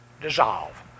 dissolve